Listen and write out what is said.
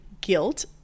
guilt